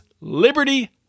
liberty